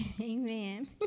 Amen